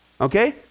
okay